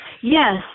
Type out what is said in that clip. Yes